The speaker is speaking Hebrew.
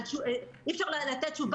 נקודה שנייה כדאי לציין שההתנהלות